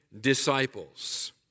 disciples